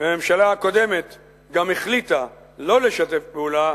והממשלה הקודמת גם החליטה לא לשתף פעולה